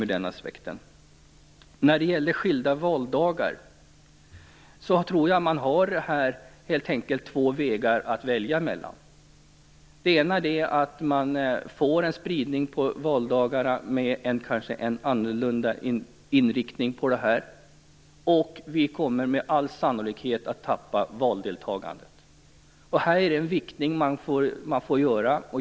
När det gäller frågan om skilda valdagar tror jag helt enkelt att man har två skilda vägar att välja mellan. Får man en spridning av valdagarna och därmed kanske en annorlunda inriktning på valet, kommer valdeltagandet med all sannolikhet att minska. Här får man göra en viktning.